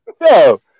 No